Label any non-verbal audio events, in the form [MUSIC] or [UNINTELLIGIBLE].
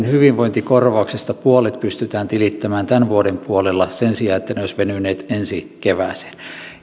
[UNINTELLIGIBLE] hyvinvointikorvauksista puolet pystytään tilittämään tämän vuoden puolella sen sijaan että ne olisivat venyneet ensi kevääseen